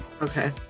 okay